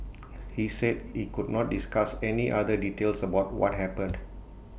he said he could not discuss any other details about what happened